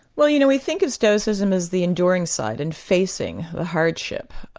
well you know, we think of stoicism as the enduring side, and facing a hardship.